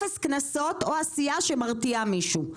אפס קנסות או עשייה שמרתיעה מישהו,